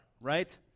right